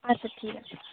আচ্ছা ঠিক আছে